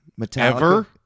Metallica